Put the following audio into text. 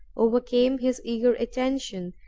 overcame his eager attention,